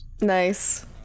Nice